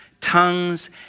tongues